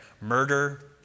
murder